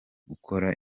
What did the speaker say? gukora